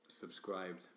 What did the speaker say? subscribed